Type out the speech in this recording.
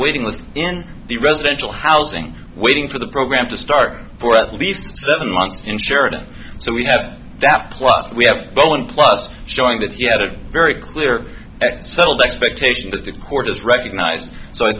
waiting list in the residential housing waiting for the program to start for at least seven months insurance so we have that plus we have to go in plus showing that you had a very clear and settled expectation that the court has recognized so i